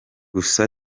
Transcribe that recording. gusa